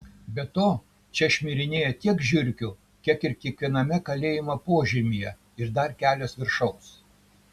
be to čia šmirinėjo tiek žiurkių kiek ir kiekviename kalėjimo požemyje ir dar kelios viršaus